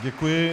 Děkuji.